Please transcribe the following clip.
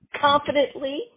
confidently